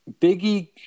Biggie